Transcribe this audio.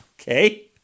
Okay